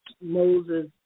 Moses